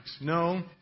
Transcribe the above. No